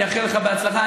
אני אאחל לך בהצלחה.